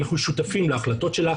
אנחנו שותפים להחלטות שלה,